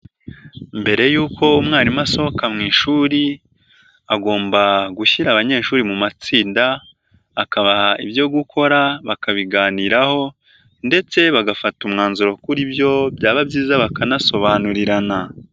Mbere y'uko umwarimu asohoka mu ishuri, agomba gushyira abanyeshuri mu matsinda akabaha ibyo gukora bakabiganiraho ndetse bagafata umwanzuro kuri byo, byaba byiza bakanasobanurirana.